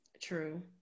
True